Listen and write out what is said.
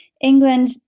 england